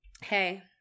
hey